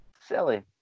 Silly